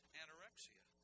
anorexia